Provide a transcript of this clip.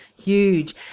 huge